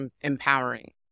empowering